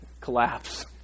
collapse